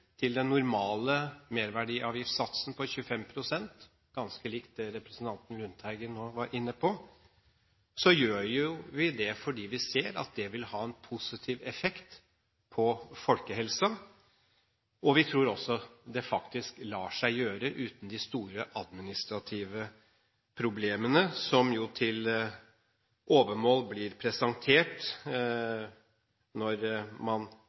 til den normale merverdiavgiftssatsen på 25 pst. – ganske likt det representanten Lundteigen nå var inne på – gjør vi det fordi vi ser at det vil ha en positiv effekt på folkehelsen. Vi tror også det faktisk lar seg gjøre uten de store administrative problemene, som til overmål blir presentert når man